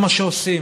זה מה שעושים.